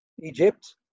egypt